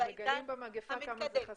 אנחנו מגלים במגיפה כמה זה חסר.